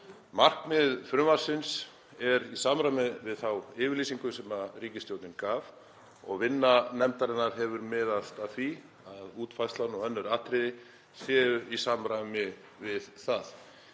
Markmið frumvarpsins er í samræmi við þá yfirlýsingu sem ríkisstjórnin gaf og vinna nefndarinnar hefur miðað að því að útfærslan og önnur atriði séu í samræmi við það.